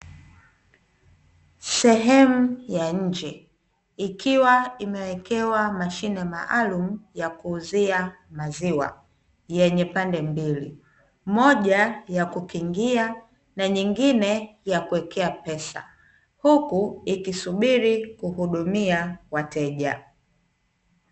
Sehemu ya nje ikiwa imewekewa mashine maalumu ya kuuzia maziwa yenye pande mbili; moja ya kukingia na nyingine ya kuwekea pesa, huku ikisubiri kuhudumia wateja.